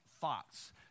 thoughts